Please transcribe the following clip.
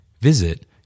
Visit